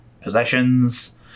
possessions